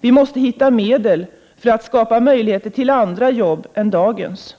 Vi måste hitta medel för att skapa möjligheter till andra jobb än dagens.